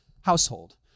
household